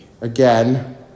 Again